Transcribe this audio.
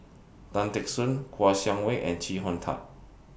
Tan Teck Soon Kouo Shang Wei and Chee Hong Tat